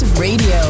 Radio